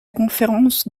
conférence